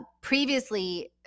previously